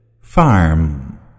farm